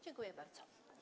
Dziękuję bardzo.